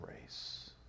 race